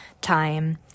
time